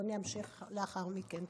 אני אמשיך לאחר מכן.